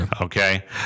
okay